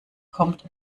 kommt